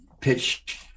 pitch